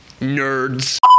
Nerds